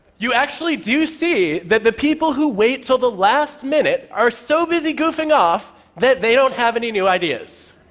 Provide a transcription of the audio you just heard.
you actually do see that the people who wait until so the last minute are so busy goofing off that they don't have any new ideas.